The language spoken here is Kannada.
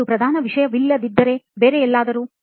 ಅದು ಪ್ರಧಾನವಾಗಿಲ್ಲದಿದ್ದರೂ ಬೇರೆಲ್ಲಿಯಾದರೂ